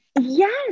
Yes